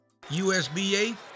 USBA